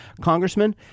Congressman